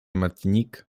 martinique